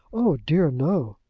oh, dear, no.